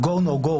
ה- go-no-go,